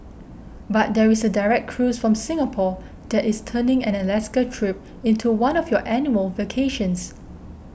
but there is a direct cruise from Singapore that is turning an Alaska trip into one of your annual vacations